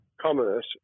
commerce